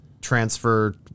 transfer